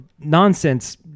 nonsense